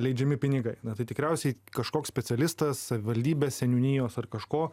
leidžiami pinigai na tai tikriausiai kažkoks specialistas savivaldybės seniūnijos ar kažko